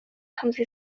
خمس